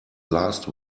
last